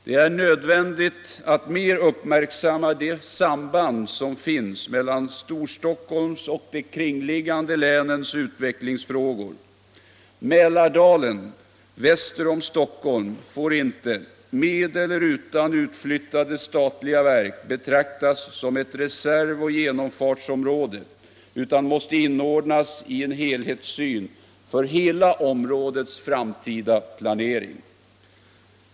Det är nödvändigt att mer uppmärksamma det samband som finns mellan Storstockholms och de kringliggande länens utvecklingsfrågor. Mälardalen väster om Stockholm får inte — med eller utan utflyttade statliga verk — betraktas som ett reserv och genomfartsområde utan måste inordnas i en helhetssyn för hela områdets framtida planering.